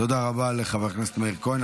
תודה רבה לחבר הכנסת מאיר כהן.